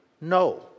No